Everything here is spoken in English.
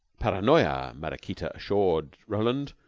paranoya, maraquita assured roland,